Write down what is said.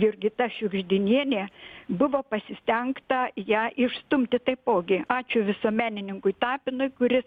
jurgita šiugždinienė buvo pasistengta ją išstumti taipogi ačiū visuomenininkui tapinui kuris